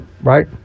Right